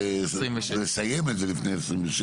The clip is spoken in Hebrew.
דרך לסיים את זה לפני 2026?